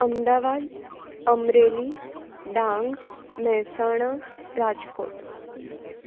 Ahmedabad Amreli Dang Mehsana Rajkot